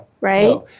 right